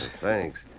Thanks